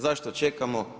Zašto čekamo?